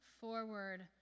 forward